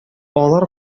алар